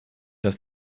das